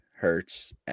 Hurts